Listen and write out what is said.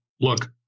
Look